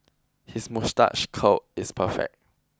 his moustache curl is perfect